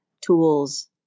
Tools